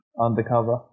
Undercover